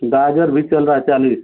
गाजर भी चल रहा है चालीस